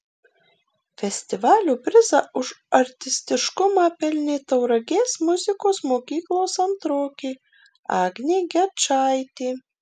festivalio prizą už artistiškumą pelnė tauragės muzikos mokyklos antrokė agnė gečaitė